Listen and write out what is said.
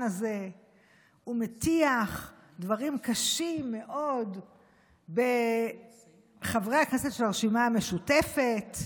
הזה ומטיח דברים קשים מאוד בחברי הכנסת של הרשימה המשותפת,